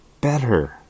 better